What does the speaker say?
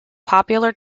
popular